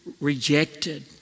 rejected